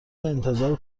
انتظار